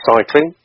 Cycling